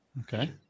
Okay